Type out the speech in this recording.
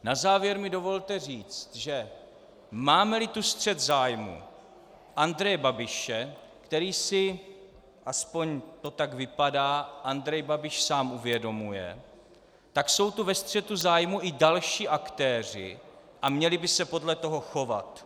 Na závěr mi dovolte říct, že mámeli tu střet zájmů Andreje Babiše, který si aspoň to tak vypadá Andrej Babiš sám uvědomuje, tak jsou tu ve střetu zájmů i další aktéři a měli by se podle toho chovat.